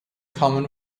common